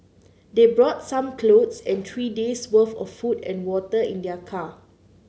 they brought some clothes and three days' worth of food and water in their car